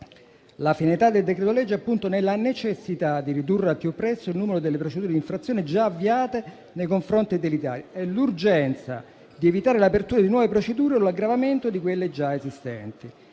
La finalità del decreto-legge è appunto nella necessità di ridurre al più presto il numero delle procedure di infrazione già avviate nei confronti dell'Italia e l'urgenza di evitare l'apertura di nuove procedure o l'aggravamento di quelle già esistenti.